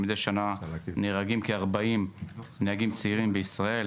מדי שנה נהרגים כ-40 נהגים צעירים בישראל.